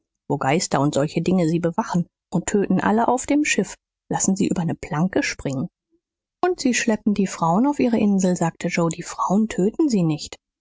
geister und solche dinger sie bewachen und töten alle auf dem schiff lassen sie über ne planke springen und sie schleppen die frauen auf ihre insel sagte joe die frauen töten sie nicht